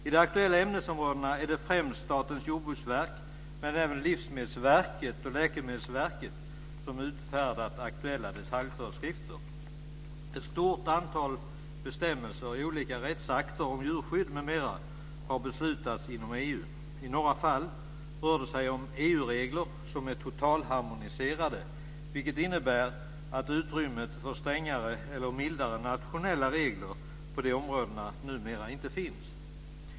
I de aktuella ämnesområdena är det främst Statens jordbruksverk men även Livsmedelsverket och Läkemedelsverket som utfärdat aktuella detaljföreskrifter. Ett stort antal bestämmelser i olika rättsakter om djurskydd m.m. har beslutats inom EU. I några fall rör det sig om EU-regler som är totalharmoniserade, vilket innebär att utrymmet för strängare eller mildare nationella regler på dessa områden numera inte finns.